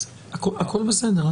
הכול בסדר,